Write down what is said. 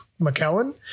McKellen